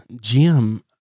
Jim